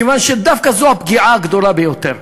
כיוון שדווקא זו הפגיעה הגדולה ביותר,